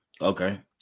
Okay